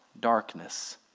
darkness